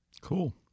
Cool